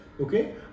Okay